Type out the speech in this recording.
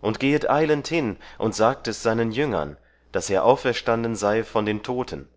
und gehet eilend hin und sagt es seinen jüngern daß er auferstanden sei von den toten